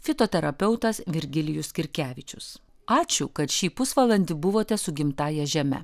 fitoterapeutas virgilijus skirkevičius ačiū kad šį pusvalandį buvote su gimtąja žeme